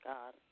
God